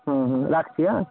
হুম হুম রাখছি হ্যাঁ